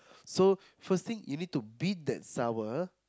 so first thing you need to beat that sour